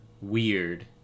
weird